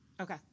Okay